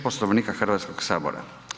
Poslovnika Hrvatskog sabora.